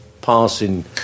passing